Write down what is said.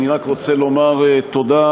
אני רק רוצה לומר תודה,